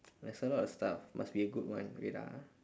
there's a lot of stuff must be a good one wait ah